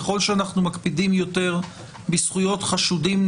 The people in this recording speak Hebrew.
ככל שאנחנו מקפידים יותר בזכויות חשודים,